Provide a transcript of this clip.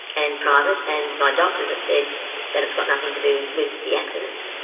and private, and my doctors have said that it's got nothing to do with the accident.